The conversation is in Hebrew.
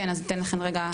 כן, אז ניתן לכם רגע.